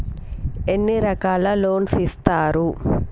ఎన్ని రకాల లోన్స్ ఇస్తరు?